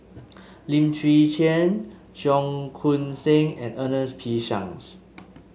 Lim Chwee Chian Cheong Koon Seng and Ernest P Shanks